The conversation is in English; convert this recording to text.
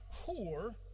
core